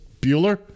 Bueller